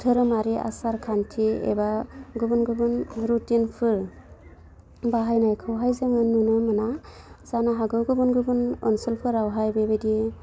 दोरोङारि आसारखान्थि एबा गुबुन गुबुन रुथिनफोर बाहायनायखौहाय जोङो नुनो मोना जानो हागौ गुबुन गुबुन ओनसोलफोरावहाय बेबायदि